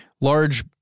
large